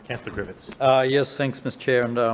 councillor griffiths yes. thanks, mr chair, and,